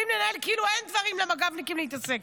כאילו אין דברים למג"בניקים להתעסק